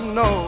no